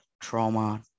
trauma